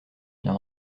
bien